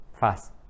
fast